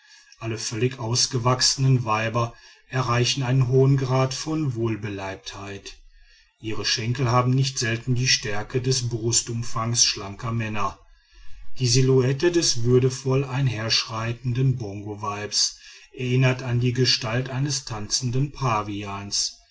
alle völlig ausgewachsenen weiber erreichen einen hohen grad von wohlbeleibtheit ihre schenkel haben nicht selten die stärke des brustumfangs schlanker männer die silhouette eines würdevoll einherschreitenden bongoweibes erinnert an die gestalt eines tanzenden pavians